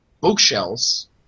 bookshelves